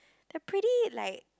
they're pretty like